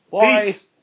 Peace